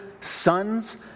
sons